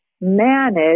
manage